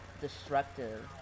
destructive